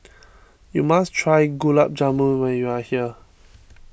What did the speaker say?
you must try Gulab Jamun when you are here